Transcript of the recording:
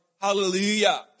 hallelujah